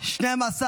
3 נתקבלו.